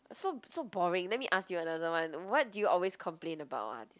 so so boring let me ask you another one what do you always complain about ah